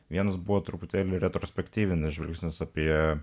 vienas buvo truputėlį retrospektyvinis žvilgsnis apie